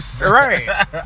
Right